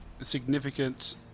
significant